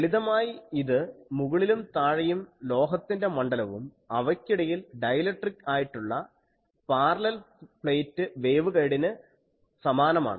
ലളിതമായി ഇത് മുകളിലും താഴെയും ലോഹത്തിന്റെ മണ്ഡലവും അവയ്ക്കിടയിൽ ഡൈയിലക്ട്രിക് ആയിട്ടുള്ള പാരലൽ പ്ലേറ്റ് വേവ്ഗൈഡിന് സമാനമാണ്